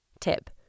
Tip